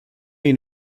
ihn